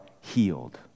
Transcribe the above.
healed